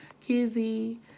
Kizzy